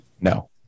No